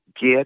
get